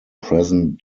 present